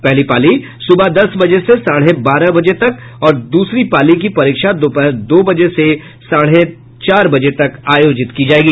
पहली पाली सुबह दस बजे से साढ़े बारह बजे तक और दूसरी पाली की परीक्षा दोपहर दो बजे से साढ़े चार बजे तक आयोजित की जायेगी